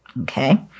Okay